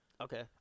Okay